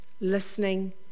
listening